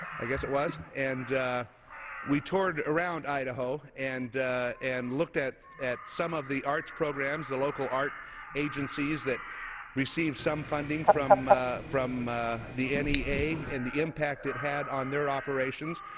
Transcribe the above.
i guess it was, and we toured around idaho and and looked at at some of the arts programs, the local art agencies that receive some funding from from the n e a. and the impact it had on their operations.